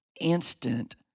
instant